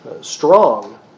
strong